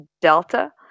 Delta